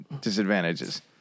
disadvantages